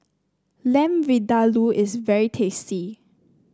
Lamb Vindaloo is very tasty